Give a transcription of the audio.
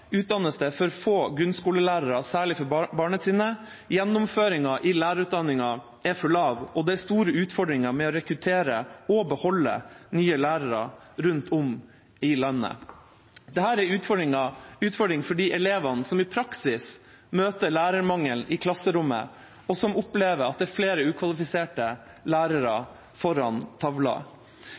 utdannes det for få grunnskolelærere, særlig for barnetrinnet, gjennomføringen i lærerutdanningen er for lav, og det er store utfordringer med å rekruttere og beholde nye lærere rundt om i landet. Dette er en utfordring for de elevene som i praksis møter lærermangelen i klasserommet, og som opplever at det er flere ukvalifiserte lærere foran tavla.